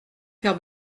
faire